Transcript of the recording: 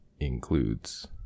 Includes